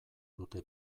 dute